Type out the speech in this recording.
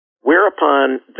Whereupon